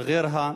צעּ'רהא,